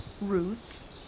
Roots